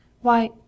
Why